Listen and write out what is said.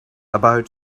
about